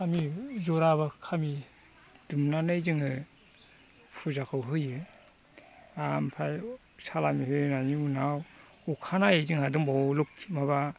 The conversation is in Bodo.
खामि जराबा खामि दुमनानै जोङो फुजाखौ होयो आमफ्राय सालामि होनायनि उनाव अखानायै जोंहा दंबावो लोखि माबा